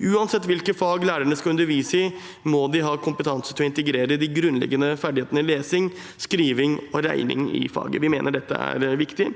Uansett hvilke fag lærerne skal undervise i, må de ha kompetanse til å integrere de grunnleggende ferdighetene lesing, skriving og regning i faget. Vi mener dette er viktig.